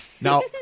Now